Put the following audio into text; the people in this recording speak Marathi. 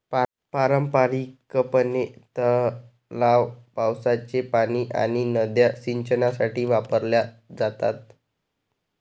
पारंपारिकपणे, तलाव, पावसाचे पाणी आणि नद्या सिंचनासाठी वापरल्या जातात